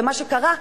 ומה שקרה,